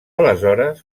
aleshores